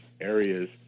areas